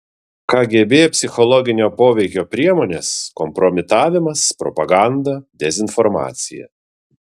kgb psichologinio poveikio priemonės kompromitavimas propaganda dezinformacija